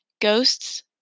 Ghosts